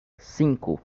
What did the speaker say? cinco